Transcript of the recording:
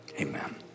amen